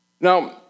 Now